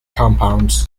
compounds